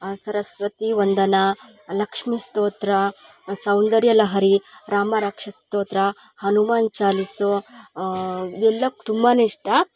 ಸರಸ್ವತಿ ವಂದನಾ ಲಕ್ಷ್ಮಿ ಸ್ತೋತ್ರ ಸೌಂದರ್ಯ ಲಹರಿ ರಾಮ ರಕ್ಷಾ ಸ್ತೋತ್ರ ಹನುಮಾನ್ ಚಾಲಿಸು ಎಲ್ಲ ತುಂಬಾ ಇಷ್ಟ